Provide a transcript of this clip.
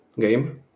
game